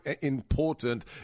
important